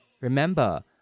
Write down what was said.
Remember